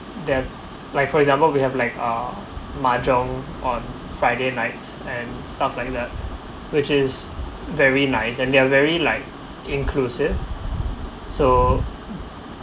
then like for example we have like uh mahjong on friday night and stuff like that which is very nice and they are very like inclusive so